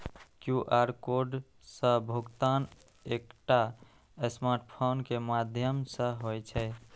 QR code सं भुगतान एकटा स्मार्टफोन के माध्यम सं होइ छै